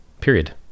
Period